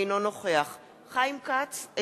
אינו נוכח חיים כץ,